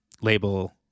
label